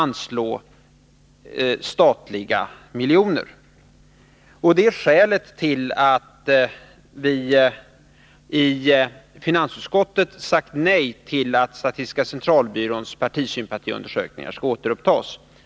Det är skälet till att vi i finansutskottet sagt nej till förslaget att statistiska centralbyråns partisympatiundersökningar skall återupptas.